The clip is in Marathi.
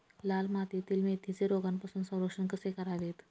लाल मातीतील मेथीचे रोगापासून संरक्षण कसे करावे?